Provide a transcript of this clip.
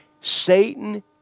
Satan